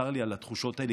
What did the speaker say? צר לי על התחושות האלה,